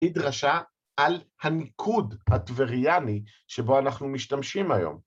‫היא דרשה על הניקוד הטבריאני ‫שבו אנחנו משתמשים היום.